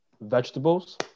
vegetables